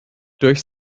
durch